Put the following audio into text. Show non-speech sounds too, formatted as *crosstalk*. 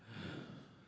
*breath*